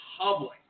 public